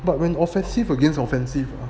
but when offensive against offensive ah